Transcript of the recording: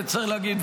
צריך להגיד,